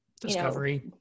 discovery